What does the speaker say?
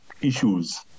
issues